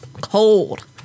cold